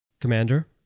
Commander